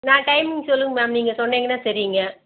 நான் டைம் சொல்லுங்கள் மேம் நீங்கள் சொன்னீங்கன்னால் தெரியுங்க